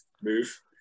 move